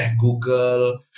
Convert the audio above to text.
Google